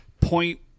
point